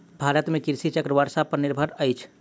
भारत में कृषि चक्र वर्षा पर निर्भर अछि